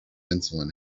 insulin